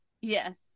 Yes